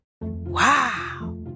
Wow